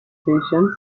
history